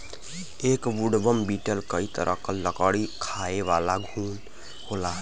एक woodworm beetle कई तरह क लकड़ी खायेवाला घुन होला